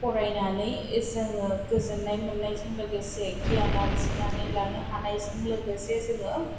फराइनानै जोङो गोजोन्नाय मोन्नायजों लोगोसे गियान आरजिनानै लानो हानायजों लोगोसे जोङो